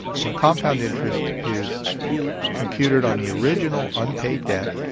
and compound interest is computed on the original unpaid debt,